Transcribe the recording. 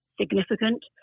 significant